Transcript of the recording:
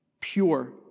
Pure